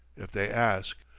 if they ask.